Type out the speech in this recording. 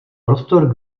prostor